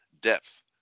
depth